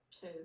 Two